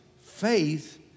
faith